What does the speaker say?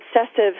obsessive